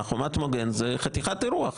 חומת מגן הוא חתיכת אירוע.